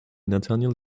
nathaniel